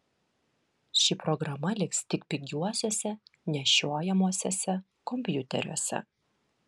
ši programa liks tik pigiuosiuose nešiojamuosiuose kompiuteriuose